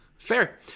Fair